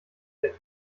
weg